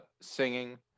singing